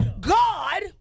God